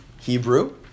Hebrew